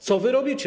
Co wy robicie?